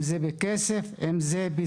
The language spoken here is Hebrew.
אם זה כסף או ציוד,